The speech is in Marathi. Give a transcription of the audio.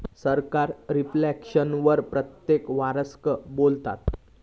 सरकार रिफ्लेक्शन वर प्रत्येक वरसाक बोलता